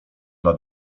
dla